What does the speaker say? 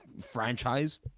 franchise